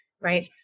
right